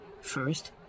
First